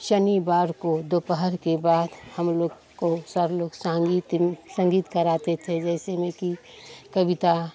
शनिवार को दोपहर के बाद हम लोग को सर लोग संगीत संगीत कराते थे जैसे में कि कविता